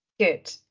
Good